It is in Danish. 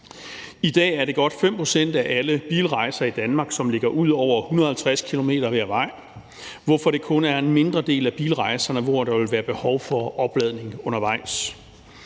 I dag er det godt 5 pct. af alle bilrejser i Danmark, som ligger ud over 150 km hver vej, hvorfor det kun er for en mindre del af bilrejsernes vedkommende, der vil være behov for opladning undervejs.